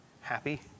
happy